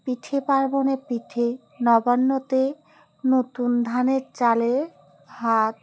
পিঠে পার্বণে পিঠে নবান্নতে নতুন ধানের চালের ভাত